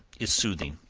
is soothing.